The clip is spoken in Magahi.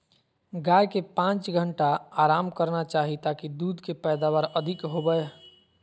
गाय के पांच घंटा आराम करना चाही ताकि दूध के पैदावार अधिक होबय